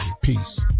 Peace